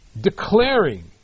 declaring